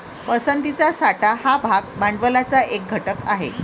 पसंतीचा साठा हा भाग भांडवलाचा एक घटक आहे